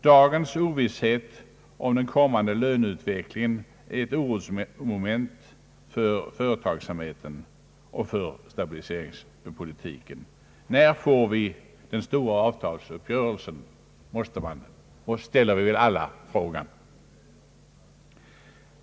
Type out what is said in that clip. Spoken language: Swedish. Dagens ovisshet om den kommande löneutvecklingen är emellertid ett orosmoment för företagsamheten och stabiliseringspolitiken. När får vi den stora avtalsuppgörelsen? Det är en fråga som vi alla ställer.